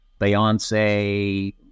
Beyonce